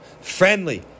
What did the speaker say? Friendly